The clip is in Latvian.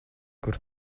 kur